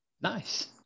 Nice